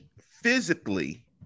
physically